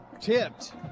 tipped